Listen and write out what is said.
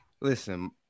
Listen